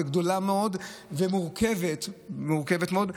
גדולה מאוד ומורכבת מאוד.